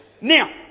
Now